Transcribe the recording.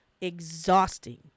exhausting